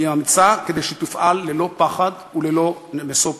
אמיצה כדי שתפעל ללא פחד וללא משוא פנים,